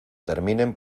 terminen